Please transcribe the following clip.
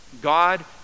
God